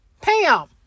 Pam